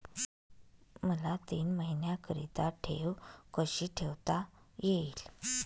मला तीन महिन्याकरिता ठेव कशी ठेवता येईल?